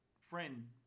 friend